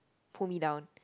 pull me down